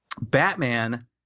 Batman